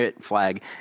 flag